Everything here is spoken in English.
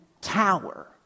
tower